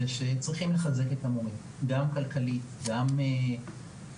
שצריך לחזק את המורים כלכלית ומקצועית.